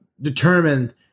determined